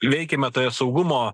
veikiame toje saugumo